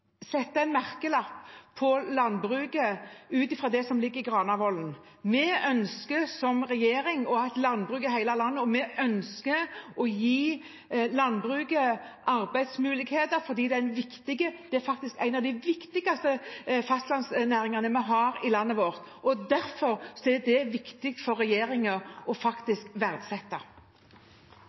sette en merkelapp på landbruket ut fra det som ligger i Granavolden-plattformen. Vi som regjering ønsker å ha et landbruk i hele landet, og vi ønsker å gi landbruket arbeidsmuligheter fordi det faktisk er en av de viktigste fastlandsnæringene vi har i landet vårt. Derfor er det viktig for regjeringen å verdsette